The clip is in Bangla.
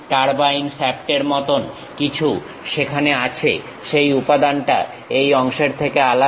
টারবাইন শ্যাফট এর মতন কিছু সেখানে আছে সেই উপাদানটা এই অংশটার থেকে আলাদা